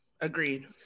agreed